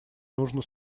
нужно